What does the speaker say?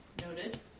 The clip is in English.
Noted